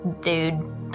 dude